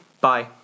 Bye